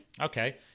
Okay